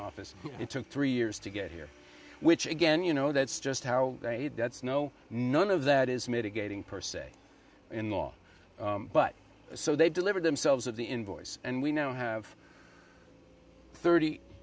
office it took three years to get here which again you know that's just how they had debts no none of that is mitigating per se in law but so they delivered themselves of the invoice and we now have thirty